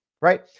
right